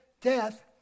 death